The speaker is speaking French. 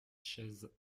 chaises